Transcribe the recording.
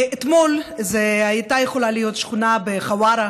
אתמול זאת הייתה יכולה להיות שכונה בחווארה,